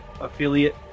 affiliate